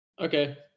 Okay